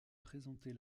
présentée